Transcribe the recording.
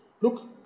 Look